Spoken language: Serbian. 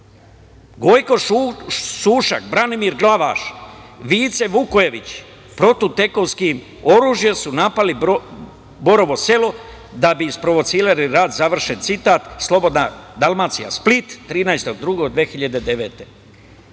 Gojsko Sušak, Branimir Glavaš, Vice Vukojević, protivtenkovskim oružjem su napali Borovo Selo da bi isprovocirali rat, završen citat, „Slobodna Dalmacija“, Split, 13.02.2009.